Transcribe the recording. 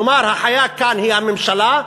כלומר, החיה כאן היא הממשלה.